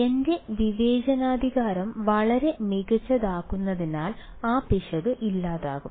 എന്റെ വിവേചനാധികാരം വളരെ മികച്ചതാക്കുന്നതിനാൽ ആ പിശക് ഇല്ലാതാകും